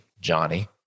Johnny